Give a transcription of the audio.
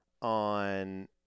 On